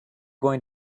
going